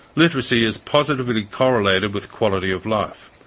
literacy is positively correlated with quality of life.